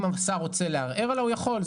אם השר רוצה לערער עליה, הוא יכול.